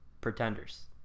Pretenders